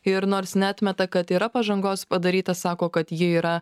ir nors neatmeta kad yra pažangos padaryta sako kad ji yra